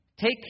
take